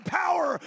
power